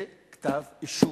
זה כתב אישום.